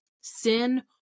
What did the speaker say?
sin